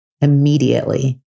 immediately